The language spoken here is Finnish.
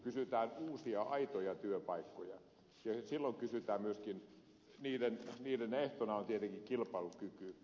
kysytään uusia aitoja työpaikkoja ja silloin niiden ehtona on tietenkin kilpailukyky